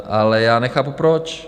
Ale já nechápu, proč.